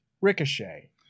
Ricochet